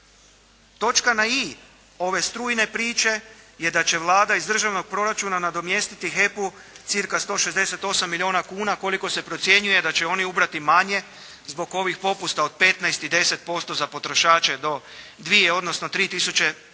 Točka na i ove strujne priče je da će Vlada iz državnog proračuna nadomjestiti HEP-u cirka 168 milijona kuna koliko se procjenjuje da će oni ubrati manje zbog ovih popusta od 15 i 10% za potrošače do 2, odnosno